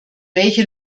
welche